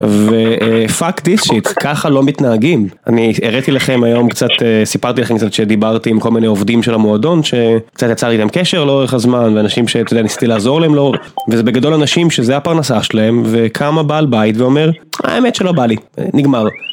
ופאק דיס שיט ככה לא מתנהגים אני הראיתי לכם היום קצת... סיפרתי לכם קצת שדיברתי עם כל מיני עובדים של המועדון שקצת יצר איתם קשר לאורך הזמן ואנשים שאת יודעת ניסיתי לעזור להם לאורך הזמן וזה בגדול אנשים שזה הפרנסה שלהם וקם הבעל בית ואומר האמת שלא בא לי נגמר.